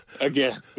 Again